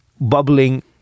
bubbling